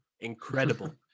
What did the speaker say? incredible